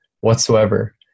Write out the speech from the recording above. whatsoever